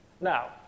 Now